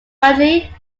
ridley